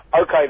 Okay